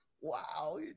wow